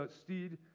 steed